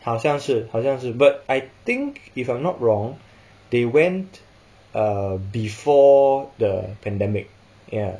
好像是好像是 but I think if I'm not wrong they went err before the pandemic ya